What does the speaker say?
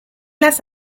las